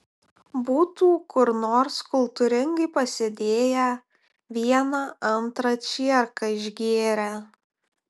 būtų kur nors kultūringai pasėdėję vieną antrą čierką išgėrę